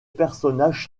personnage